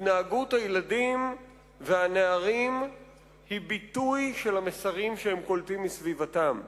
התנהגות הילדים והנערים היא ביטוי של המסרים שהם קולטים מסביבתם.